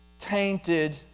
tainted